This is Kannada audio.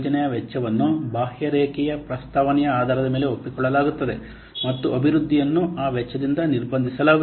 ಯೋಜನೆಯ ವೆಚ್ಚವನ್ನು ಬಾಹ್ಯರೇಖೆಯ ಪ್ರಸ್ತಾವನೆಯ ಆಧಾರದ ಮೇಲೆ ಒಪ್ಪಿಕೊಳ್ಳಲಾಗುತ್ತದೆ ಮತ್ತು ಅಭಿವೃದ್ಧಿಯನ್ನು ಆ ವೆಚ್ಚದಿಂದ ನಿರ್ಬಂಧಿಸಲಾಗುತ್ತದೆ